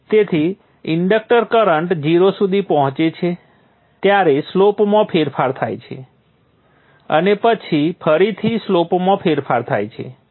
તેથી inductor current 0 સુધી પહોંચે છે ત્યારે સ્લોપમાં ફેરફાર થાય છે અને પછી ફરીથી સ્લોપમાં ફેરફાર થાય છે